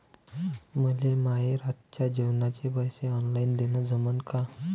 मले माये रातच्या जेवाचे पैसे ऑनलाईन देणं जमन का?